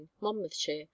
monmouthshire